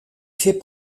fait